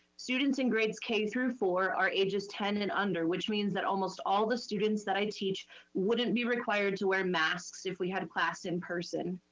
students in grades k through four are ages ten and under which means that almost all the students that i teach wouldn't be required to wear masks if we had a class in-person,